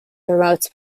promotes